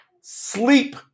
sleep